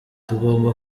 tugomba